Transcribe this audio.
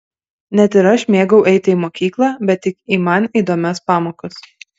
net ir aš mėgau eiti į mokyklą bet tik į man įdomias pamokas